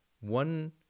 one